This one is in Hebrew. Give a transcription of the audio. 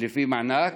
לפי מענק?